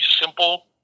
simple